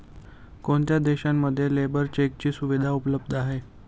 कोणत्या देशांमध्ये लेबर चेकची सुविधा उपलब्ध आहे?